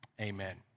amen